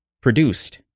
Produced